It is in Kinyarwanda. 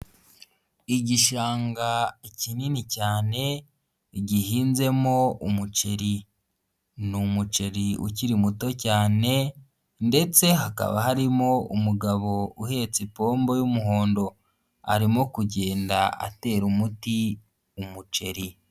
Igishanga kinini cyane gihinzemo umuceri ni umuceri ukiri muto cyane ndetse hakaba harimo umugabo uhetse ipombo y'umuhondo arimo kugenda atera umuti umuceri.